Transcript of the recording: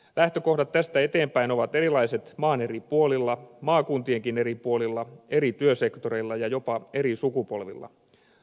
lähtökohdat tästä eteenpäin ovat erilaiset maan eri puolilla maakuntienkin eri puolilla eri työsektoreilla ja jopa eri sukupolvilla